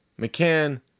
McCann